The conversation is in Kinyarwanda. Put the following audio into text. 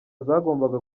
zagombaga